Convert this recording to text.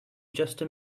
just